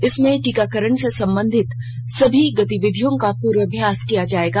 इसमें टीकाकरण से संबंधित सभी गतिविधियों का पूर्वाभ्यास किया जाएगा